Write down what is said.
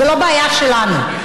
זאת לא בעיה שלנו.